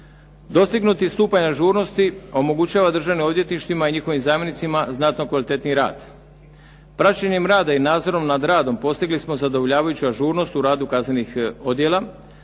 Dostignuti stupanj ažurnosti omogućava državnim odvjetništvima i njihovim zamjenicima znatno kvalitetniji rad. Praćenjem rada i nadzorom nad radom postigli smo zadovoljavajuću ažurnost u radu kaznenih odjela,